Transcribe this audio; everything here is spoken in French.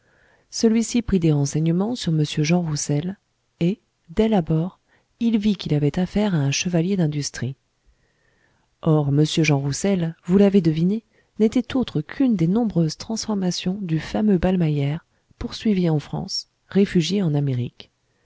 celui-ci prit des renseignements sur m jean roussel et dès l'abord il vit qu'il avait affaire à un chevalier d'industrie or m jean roussel vous l'avez deviné n'était autre qu'une des nombreuses transformations du fameux ballmeyer poursuivi en france réfugié en amérique